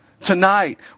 Tonight